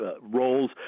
roles